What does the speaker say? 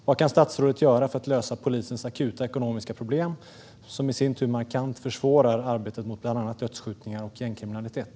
Vad kan statsrådet göra för att lösa polisens akuta ekonomiska problem som i sin tur markant försvårar arbetet mot bland annat dödsskjutningar och gängkriminalitet?